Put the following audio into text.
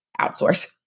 outsource